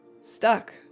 stuck